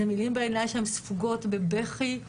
אלו מילים שספוגות בבכי,